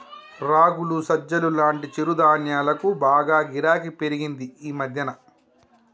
రాగులు, సజ్జలు లాంటి చిరుధాన్యాలకు బాగా గిరాకీ పెరిగింది ఈ మధ్యన